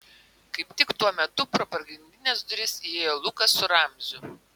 kaip tik tuo metu pro pagrindines duris įėjo lukas su ramziu